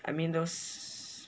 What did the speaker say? I mean those